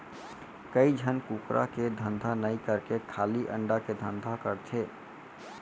कइ झन कुकरा के धंधा नई करके खाली अंडा के धंधा करथे